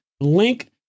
Link